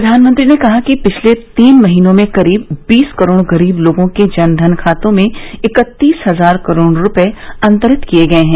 प्रधानमंत्री ने कहा कि पिछले तीन महीनों में करीब बीस करोड़ गरीब लोगों के जनधन खातों में इकत्तीस हजार करोड रुपए अंतरित किए गए हैं